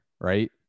right